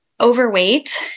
Overweight